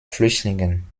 flüchtlingen